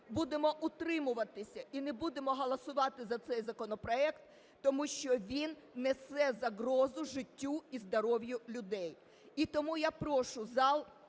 будемо утримуватися і не будемо голосувати за цей законопроект, тому що він несе загрозу життю і здоров'ю людей. І тому я прошу зал